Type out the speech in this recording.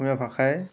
অসমীয়া ভাষাই